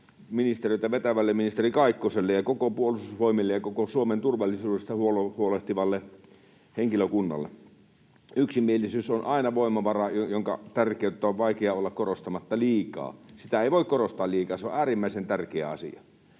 puolustusministeriötä vetävälle ministeri Kaikkoselle, koko Puolustusvoimille ja koko Suomen turvallisuudesta huolehtivalle henkilökunnalle. Yksimielisyys on aina voimavara, jonka tärkeyttä on vaikea olla korostamatta liikaa. Sitä ei voi korostaa liikaa, se on äärimmäisen tärkeä asia.